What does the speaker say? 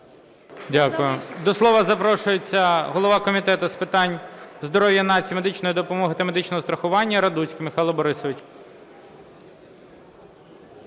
Дякую. До слова запрошується голова Комітету з питань здоров’я нації, медичної допомоги та медичного страхування Радуцький Михайло Борисович.